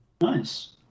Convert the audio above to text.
nice